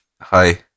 hi